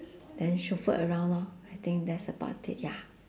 then chauffeur around lor I think that's about it ya